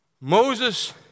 Moses